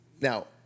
Now